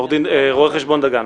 רואה חשבון דגן,